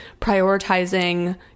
prioritizing